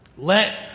Let